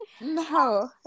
No